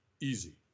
easy